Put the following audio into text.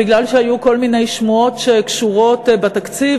מכיוון שהיו כל מיני שמועות שקשורות בתקציב,